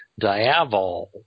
Diavol